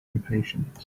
impatient